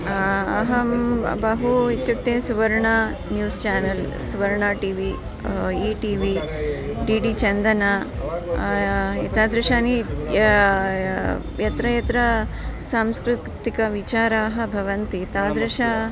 अहं बहु इत्युक्ते Suvarna news channel Suvarna T V E T V D D Chandan एतादृशानि यत्र यत्र सांस्कृतिकविचाराः भवन्ति तादृश